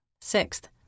Sixth